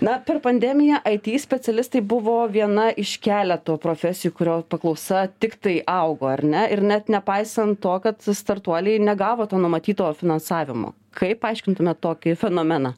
na per pandemiją aity specialistai buvo viena iš keleto profesijų kurio paklausa tiktai augo ar ne ir net nepaisant to kad startuoliai negavo to numatyto finansavimo kaip paaiškintumėt tokį fenomeną